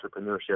entrepreneurship